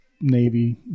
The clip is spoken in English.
Navy